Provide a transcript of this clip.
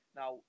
now